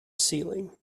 ceiling